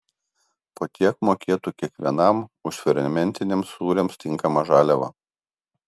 po tiek mokėtų kiekvienam už fermentiniams sūriams tinkamą žaliavą